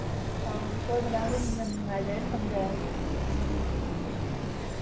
ꯑꯧ ꯍꯣꯏ ꯃꯦꯗꯥꯝ ꯑꯗꯨꯗꯤ ꯌꯥꯝ ꯅꯨꯡꯉꯥꯏꯖꯔꯦ ꯊꯝꯖꯔꯒꯦ ꯎꯝ